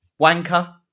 wanker